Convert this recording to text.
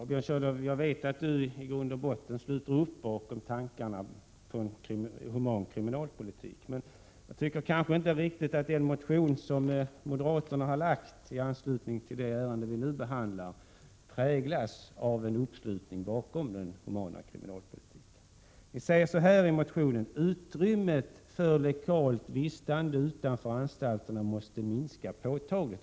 Herr talman! Jag vet att Björn Körlof i grund och botten sluter upp bakom tankarna på en human kriminalpolitik. Men jag tycker inte riktigt att den motion som moderaterna har lagt fram i anslutning till det ärende vi nu behandlar präglas av en uppslutning bakom den humana kriminalpolitiken. Ni säger i motionen att utrymmet för att legalt vistas utanför anstalterna måste minskas påtagligt.